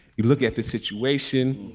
you look at the situation.